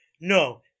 No